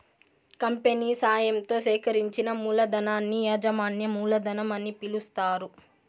company సాయంతో సేకరించిన మూలధనాన్ని యాజమాన్య మూలధనం అని పిలుస్తారు